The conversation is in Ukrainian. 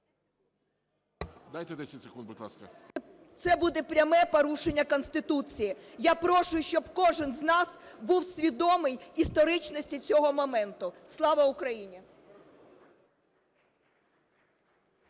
Дайте 10 секунд, будь ласка. ТИМОШЕНКО Ю.В. … це буде пряме порушення Конституції. Я прошу, щоб кожний з нас був свідомий історичності цього моменту. Слава Україні!